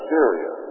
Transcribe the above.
Syria